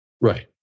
Right